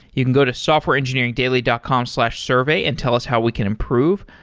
you can go to softwareengineeringdaily dot com slash survey and tell us how we can improve.